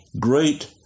great